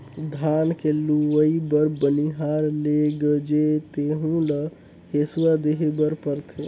धान के लूवई बर बनिहार लेगजे तेहु ल हेसुवा देहे बर परथे